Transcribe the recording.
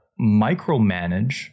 micromanage